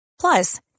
Plus